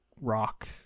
rock